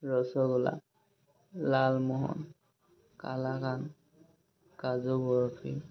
rasgulla lalmohan kalakand kaju barfi